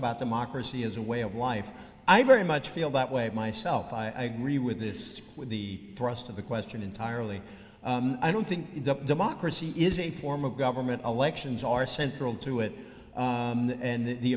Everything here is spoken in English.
about democracy as a way of life i very much feel that way myself i agree with this with the thrust of the question entirely i don't think it up democracy is a form of government elections are central to it and the